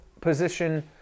position